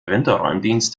winterräumdienst